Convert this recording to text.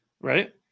Right